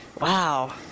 Wow